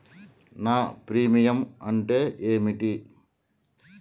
నా ప్రీమియం అంటే ఏమిటి?